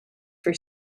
for